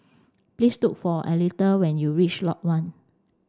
please look for Aletha when you reach Lot One